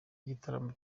gitaramo